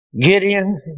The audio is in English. Gideon